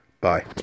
Bye